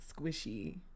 squishy